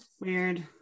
Weird